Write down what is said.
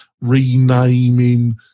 renaming